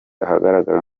ahagaragara